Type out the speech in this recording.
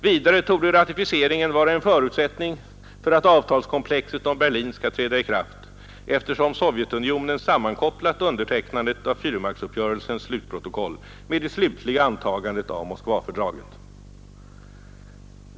Vidare torde ratificeringen vara en förutsättning för att avtalskomplexet om Berlin skall träda i kraft, eftersom Sovjetunionen sammankopplat undertecknandet av fyrmaktsuppgörelsens slutprotokoll med det slutliga antagandet av Moskvafördraget.